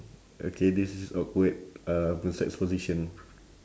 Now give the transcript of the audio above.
okay this is awkward uh p~ sex position